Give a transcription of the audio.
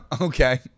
okay